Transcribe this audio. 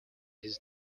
his